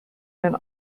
den